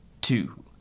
two